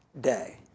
Day